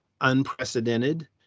unprecedented